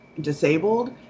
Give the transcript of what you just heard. disabled